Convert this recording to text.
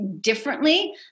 differently